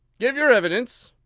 give your evidence,